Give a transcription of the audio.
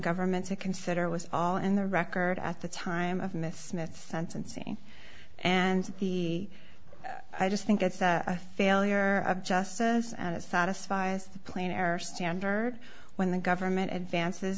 government to consider was all in the record at the time of miss smith sentencing and the i just think that's a failure of justice and it satisfies the plain error standard when the government advances